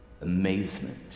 amazement